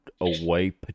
away